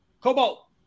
cobalt